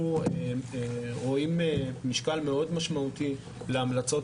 אנחנו רואים משקל מאוד משמעותי להמלצות